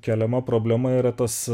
keliama problema yra tos